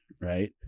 right